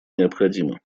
необходимо